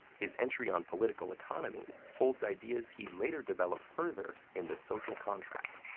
his entry on political economy holds ideas he'd later develop further in the social contract.